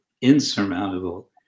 insurmountable